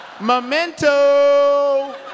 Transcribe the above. Memento